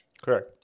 Correct